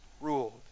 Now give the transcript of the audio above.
ruled